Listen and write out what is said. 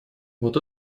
вот